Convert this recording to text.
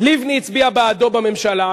לבני הצביעה בעדו בממשלה.